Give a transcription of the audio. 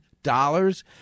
dollars